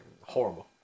horrible